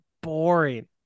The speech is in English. boring